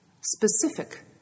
specific